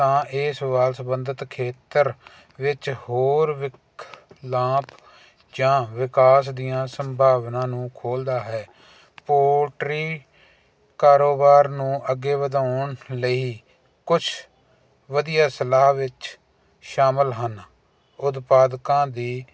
ਤਾਂ ਇਹ ਸਵਾਲ ਸੰਬੰਧਤ ਖੇਤਰ ਵਿੱਚ ਹੋਰ ਲਾਭ ਜਾਂ ਵਿਕਾਸ ਦੀਆਂ ਸੰਭਾਵਨਾ ਨੂੰ ਖੋਲ੍ਹਦਾ ਹੈ ਪੋਲਟਰੀ ਕਾਰੋਬਾਰ ਨੂੰ ਅੱਗੇ ਵਧਾਉਣ ਲਈ ਕੁਛ ਵਧੀਆ ਸਲਾਹ ਵਿੱਚ ਸ਼ਾਮਲ ਹਨ ਉਦਪਾਦਕਾਂ ਦੀ